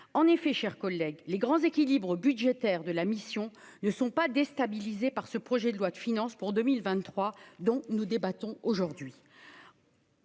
en effet, cher collègue, les grands équilibres budgétaires de la mission ne sont pas déstabiliser par ce projet de loi de finances pour 2023 dont nous débattons aujourd'hui